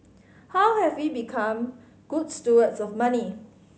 how have we become good stewards of money